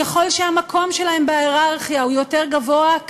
ככל שהמקום שלהם בהייררכיה הוא יותר גבוה,